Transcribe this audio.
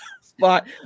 spot